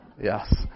yes